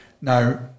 Now